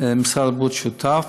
משרד הבריאות שותף,